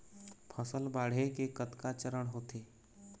फसल बाढ़े के कतका चरण होथे?